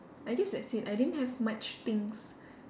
I guess that's it I didn't have much things